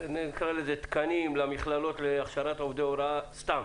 את התקנים למכללות להכשרת עובדי הוראה סתם,